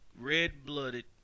red-blooded